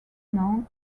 known